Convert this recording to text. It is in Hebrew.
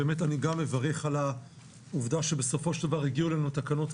גם אני מברך על העובדה שבסופו של דבר הגיעו אלינו התקנות,